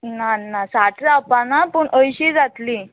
ना ना साठ जावपा ना पूण अंयशीं जातलीं